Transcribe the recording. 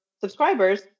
subscribers